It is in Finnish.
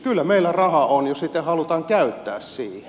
kyllä meillä rahaa on jos sitä halutaan käyttää siihen